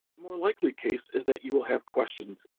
more likely case is that you will have questions,